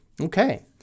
Okay